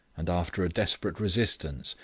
and after a desperate resistance,